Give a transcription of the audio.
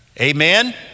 Amen